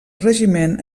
regiment